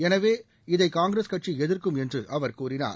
எனவே இதை காங்கிரஸ் கட்சி எதிர்க்கும் என்று அவர் கூறினார்